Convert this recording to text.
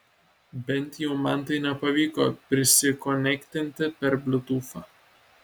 bent jau man tai nepavyko prisikonektinti per bliutūfą